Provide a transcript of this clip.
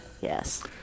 Yes